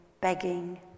begging